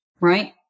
right